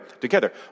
Together